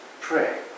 pray